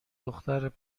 دختر